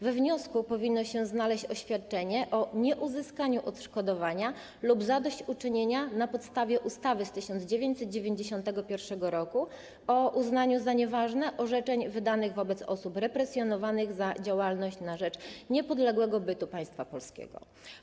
We wniosku powinno się znaleźć oświadczenie o nieuzyskaniu odszkodowania lub zadośćuczynienia na podstawie ustawy z 1991 r. o uznaniu za nieważne orzeczeń wydanych wobec osób represjonowanych za działalność na rzecz niepodległego bytu Państwa Polskiego.